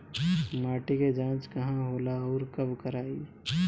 माटी क जांच कहाँ होला अउर कब कराई?